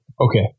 Okay